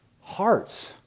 hearts